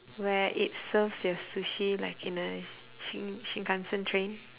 where it serves your sushi like in a shin~ shinkansen tray